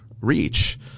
reach